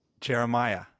Jeremiah